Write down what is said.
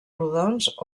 rodons